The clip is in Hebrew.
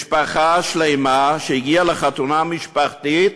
משפחה שלמה שהגיעה לחתונה משפחתית